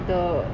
the